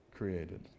created